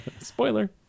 Spoiler